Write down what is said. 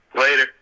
Later